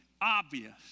obvious